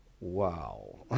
Wow